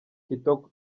kitoko